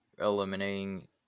eliminating